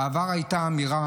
בעבר הייתה אמירה,